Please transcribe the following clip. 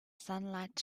sunlight